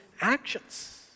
actions